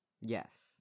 Yes